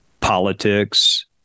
politics